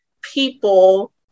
people